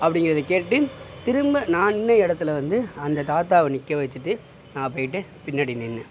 அப்படிங்கிறத கேட்டு திரும்ப நான் நின்ற இடத்துல வந்து அந்த தாத்தாவை நிற்க வெச்சுட்டு நான் போயிட்டு பின்னாடி நின்றேன்